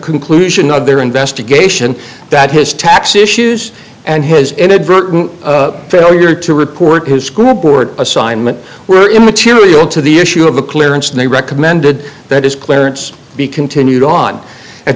conclusion of their investigation that has tax issues and his inadvertent failure to report his school board assignment were immaterial to the issue of the clearance and they recommended that his clarence be continued on at